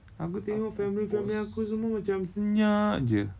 aku tengok family family aku macam senyap jer